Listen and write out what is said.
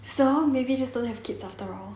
so maybe just don't have kids after all